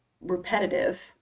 repetitive